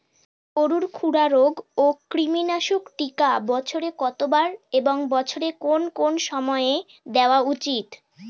গরুর খুরা রোগ ও কৃমিনাশক টিকা বছরে কতবার এবং বছরের কোন কোন সময় দেওয়া উচিৎ?